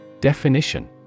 Definition